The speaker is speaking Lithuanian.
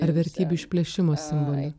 ar vertybių išplėšimo simboliu